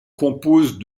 composent